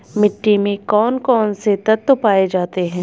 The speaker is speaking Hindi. मिट्टी में कौन कौन से तत्व पाए जाते हैं?